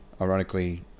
ironically